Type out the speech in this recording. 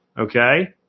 Okay